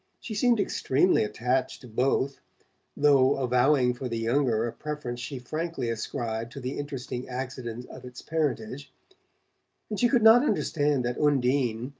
she seemed extremely attached to both though avowing for the younger a preference she frankly ascribed to the interesting accident of its parentage and she could not understand that undine,